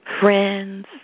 friends